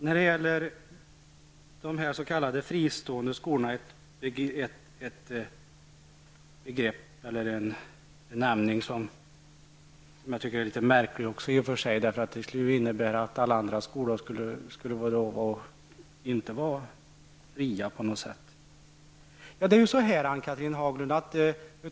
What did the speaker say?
Herr talman! Benämningen fristående skolor är i och för sig litet märklig, eftersom den skulle innebära att alla andra skolor på något sätt inte skulle vara fria.